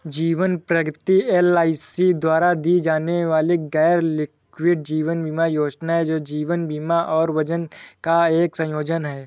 जीवन प्रगति एल.आई.सी द्वारा दी जाने वाली गैरलिंक्ड जीवन बीमा योजना है, जो जीवन बीमा और बचत का एक संयोजन है